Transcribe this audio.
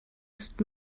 ist